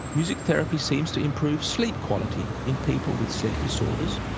music therapy seems to improve sleep quality in people with sleep disorders,